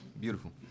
Beautiful